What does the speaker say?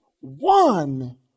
one